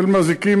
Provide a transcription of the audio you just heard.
בשל מזיקים,